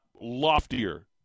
loftier